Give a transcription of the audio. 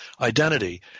identity